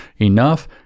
enough